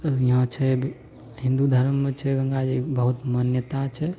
हियाँ छै हिन्दु धर्ममे छै गंगाजी के बहुत मान्यता छै